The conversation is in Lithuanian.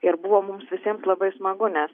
ir buvo mums visiems labai smagu nes